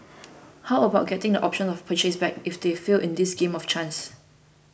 how about getting the option of purchase back if they fail in this game of chance